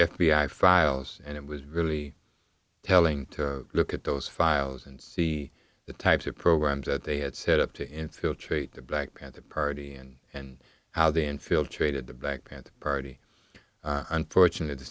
i files and it was really telling to look at those files and see the types of programs that they had set up to infiltrate the black panther party and and how they infiltrated the black panther party unfortunate t